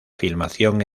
filmación